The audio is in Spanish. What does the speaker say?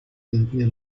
tendría